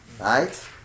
right